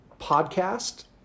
podcast